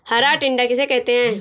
हरा टिड्डा किसे कहते हैं?